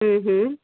हम्म हम्म